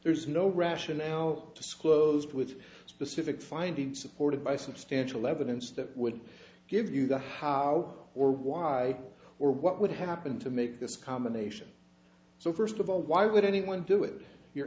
there's no rationale disclosed with a specific finding supported by substantial evidence that would give you the how or why or what would happen to make this combination so first of all why would anyone do it you're